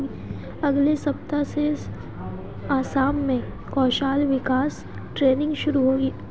अगले सप्ताह से असम में कौशल विकास ट्रेनिंग शुरू होगी